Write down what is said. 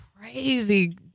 crazy